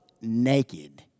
naked